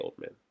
Oldman